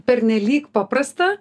pernelyg paprasta